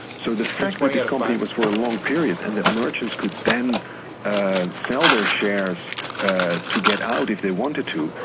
so the fact that this company was for a long period and that merchants could then and sell their shares and to get out if they wanted to,